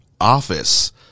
office